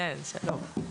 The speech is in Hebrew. שלום.